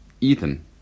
Ethan